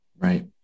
Right